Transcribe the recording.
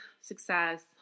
success